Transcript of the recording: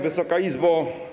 Wysoka Izbo!